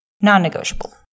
non-negotiable